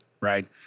right